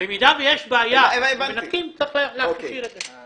אם יש בעיה ומנתקים, צריך --- את זה.